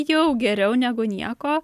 jau geriau negu nieko